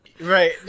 Right